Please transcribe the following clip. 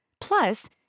Plus